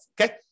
okay